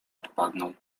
odpadną